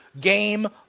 game